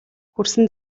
хүрсэн